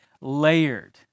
Layered